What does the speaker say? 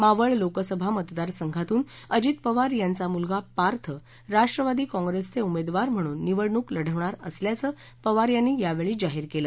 मावळ लोकसभा मतदार संघातून अजित पवार यांचा मुलगा पार्थ राष्ट्रवादी काँग्रसचे उमेदवार म्हणून निवडणूक लढवणार असल्याचं पवार यांनी यावेळी जाहीर केलं